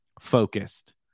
focused